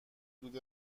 دود